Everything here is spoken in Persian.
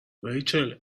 ریچل